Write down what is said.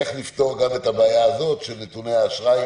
איך נפתור את הבעיה הזאת של נתוני האשראי